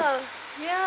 ya